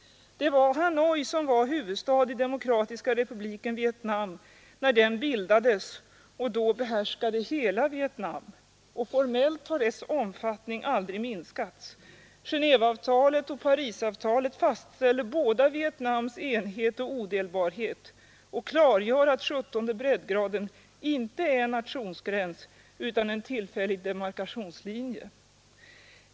Det var Hanoi som var huvudstad i Demokratiska republiken Vietnam när denna bildades och då behärskade hela Vietnam. Formellt har dess omfattning aldrig minskats. Genéveavtalet och Parisavtalet fastställer båda Vietnams enhet och odelbarhet och klargör att sjuttonde breddgraden inte är en nationsgräns utan en tillfällig demarkationslinje.